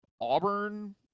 Auburn